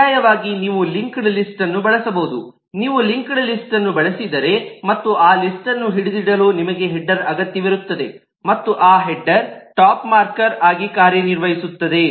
ಪರ್ಯಾಯವಾಗಿ ನೀವು ಲಿಂಕ್ಡ್ ಲಿಸ್ಟ್ಅನ್ನು ಬಳಸಬಹುದು ನೀವು ಲಿಂಕ್ಡ್ ಲಿಸ್ಟ್ಅನ್ನು ಬಳಸಿದರೆ ಮತ್ತು ಆ ಲಿಸ್ಟ್ಅನ್ನು ಹಿಡಿದಿಡಲು ನಿಮಗೆ ಹೆಡರ್ ಅಗತ್ಯವಿರುತ್ತದೆ ಮತ್ತು ಆ ಹೆಡರ್ ಟಾಪ್ ಮಾರ್ಕರ್ ಆಗಿ ಕಾರ್ಯನಿರ್ವಹಿಸುತ್ತದೆ